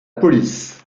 police